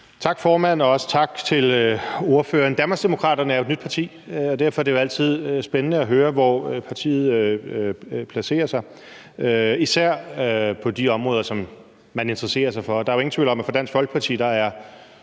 Tak, formand. Også tak til ordføreren. Danmarksdemokraterne er jo et nyt parti, og derfor er det jo altid spændende at høre, hvor partiet placerer sig, især på de områder, som man selv interesserer sig for. Der er jo ingen tvivl om, at for Dansk Folkeparti er